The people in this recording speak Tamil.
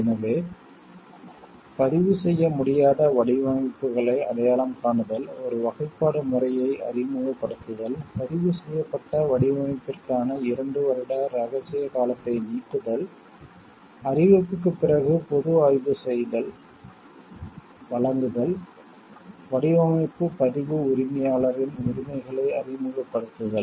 எனவே பதிவு செய்ய முடியாத வடிவமைப்புகளை அடையாளம் காணுதல் ஒரு வகைப்பாடு முறையை அறிமுகப்படுத்துதல் பதிவு செய்யப்பட்ட வடிவமைப்பிற்கான இரண்டு வருட இரகசிய காலத்தை நீக்குதல் அறிவிப்புக்குப் பிறகு பொது ஆய்வு வழங்குதல் வடிவமைப்பு பதிவு உரிமையாளரின் உரிமைகளை அறிமுகப்படுத்துதல்